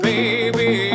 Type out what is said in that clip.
Baby